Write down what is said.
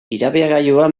irabiagailua